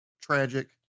tragic